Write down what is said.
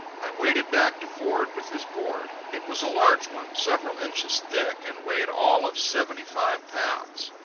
i waded back to ford with his board. it was a large one, several inches thick, and weighed all of seventy-five pounds.